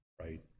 right